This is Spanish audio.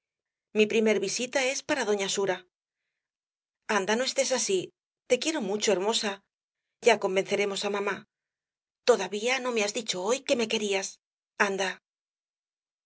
mi primer visita es para doña sura anda no estés así te quiero mucho hermosa ya convenceremos á mamá todavía no me has dicho hoy que me querías anda